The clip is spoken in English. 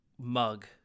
mug